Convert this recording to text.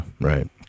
right